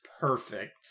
perfect